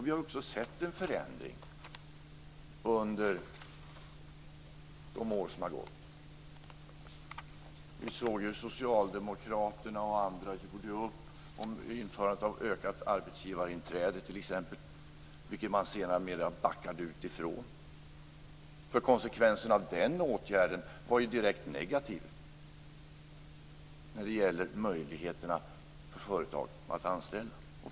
Vi har också sett en förändring under de gångna åren. Vi såg ju Socialdemokraterna och andra göra upp om införandet av ett utökat arbetsgivarinträde t.ex., vilket man senare backade från. Konsekvenserna av den åtgärden var ju direkt negativa för företagens möjligheter att anställa.